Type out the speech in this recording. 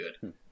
good